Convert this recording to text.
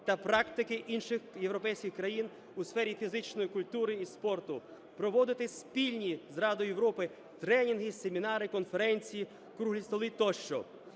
та практики інших європейських країн у сфері фізичної культури і спорту, проводити спільні з Радою Європи тренінги, семінари, конференції, круглі столи тощо.